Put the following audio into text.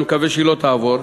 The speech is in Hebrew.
ואני מקווה שהיא לא תעבור,